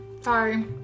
Sorry